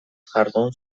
jardun